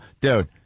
dude